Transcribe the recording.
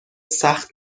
سخت